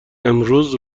امروز